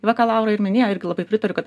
va ką laura ir minėjo irgi labai pritariu kad